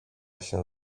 się